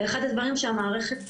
אחד הדברים שהמערכת,